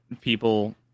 people